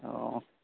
অঁ